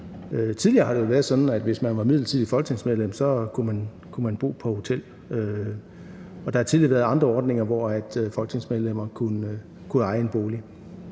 Tidligere har det været sådan, at hvis man var midlertidigt folketingsmedlem, kunne man bo på hotel, og der har også tidligere været andre ordninger, hvor folketingsmedlemmer kunne eje en bolig.